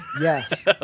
Yes